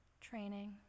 Training